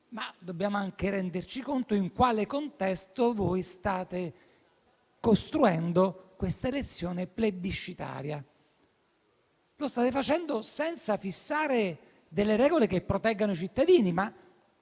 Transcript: ma dobbiamo anche renderci conto del contesto nel quale state costruendo questa elezione plebiscitaria: lo state facendo senza fissare delle regole che proteggano i cittadini, ma